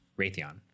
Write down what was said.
raytheon